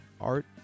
art